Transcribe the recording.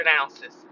ounces